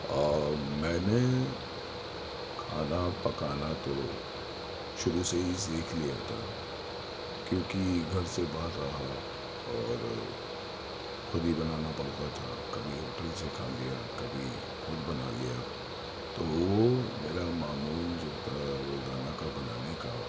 اور میں نے کھانا پکانا تو شروع سے ہی سیکھ لیا تھا کیونکہ گھر سے باہر رہا اور خود ہی بنانا پڑتا تھا کبھی ہوٹل سے کھا لیا کبھی خود بنا لیا تو وہ میرا معمول جو تھا روزانہ کا بنانے کا